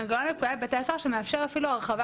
מנגנון הפועל בבתי הסוהר שמאפשר אפילו הרחבה